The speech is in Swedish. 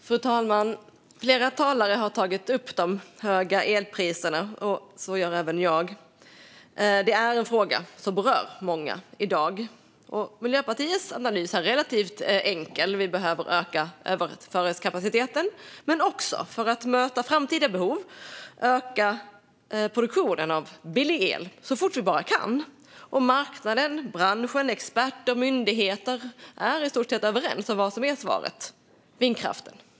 Fru talman! Flera talare har tagit upp de höga elpriserna, och det gör även jag. Det är en fråga som berör många i dag. Miljöpartiets analys är relativt enkel: Vi behöver öka överföringskapaciteten, men för att möta framtida behov behöver vi också öka produktionen av billig el så fort vi bara kan. Marknaden, branschen, experter och myndigheter är i stort sett överens om vad som är svaret, nämligen vindkraften.